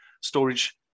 storage